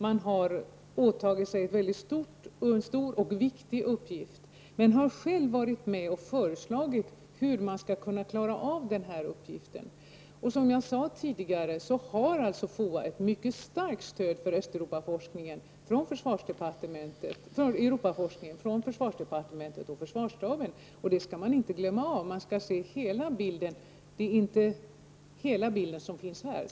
Man har åtagit sig en mycket stor och viktig uppgift, men man har själv varit med och föreslagit hur uppgiften skall kunna klaras av. Som jag sade tidigare har FOA ett mycket starkt stöd för Östeuropaforskningen från Europaforskningen, försvarsdepartementet och försvarsstaben. Det skall man inte glömma bort. Man skall se hela bilden. Det är inte hela bilden som finns här.